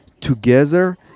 together